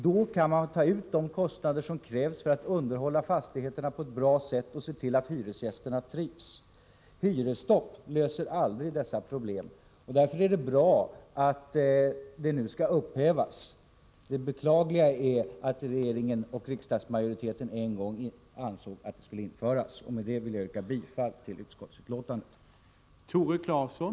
Då kan man ta ut de kostnader som krävs för att underhålla fastigheterna på ett bra sätt och se till att hyresgästerna trivs. Hyresstopp löser aldrig dessa problem. Därför är det bra att hyresstoppet nu skall upphävas. Det beklagliga är att regeringen och riksdagsmajoriteten en gång ansåg att det skulle införas. Med detta vill jag yrka bifall till utskottets hemställan.